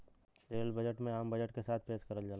rail budget में आम budget के साथ पेश करल जाला